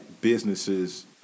businesses